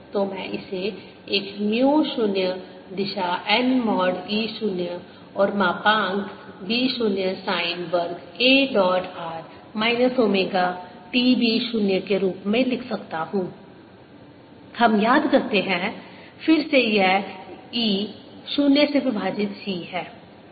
तो मैं इसे एक म्यू 0 दिशा n मॉड e 0 और मापांक b 0 साइन वर्ग a dot r minus omega t b 0 के रूप में लिख सकता हूं हम याद करते हैं फिर से यह e 0 से विभाजित c है